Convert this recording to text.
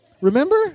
Remember